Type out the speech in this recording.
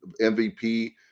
MVP